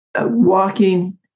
walking